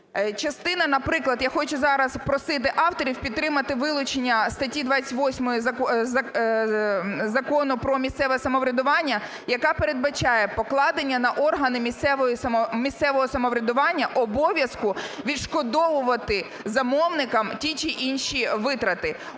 Частина, наприклад, я хочу зараз просити авторів підтримати вилучення статті 28-ї Закону про місцеве самоврядування, яка передбачає покладення на органи місцевого самоврядування обов'язку відшкодовувати замовникам ті чи інші витрати.